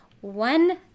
one